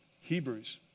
Hebrews